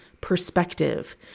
perspective